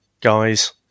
guys